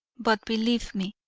but believe me,